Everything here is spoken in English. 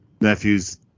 nephews